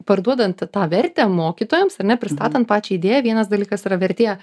parduodant tą vertę mokytojams ar ne pristatant pačią idėją vienas dalykas yra vertė